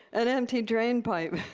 an empty drain pipe,